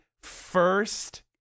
first